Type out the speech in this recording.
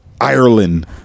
Ireland